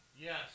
Yes